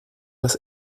das